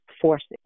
forces